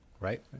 right